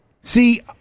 See